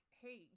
hey